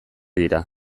dira